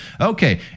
Okay